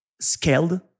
scaled